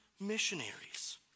missionaries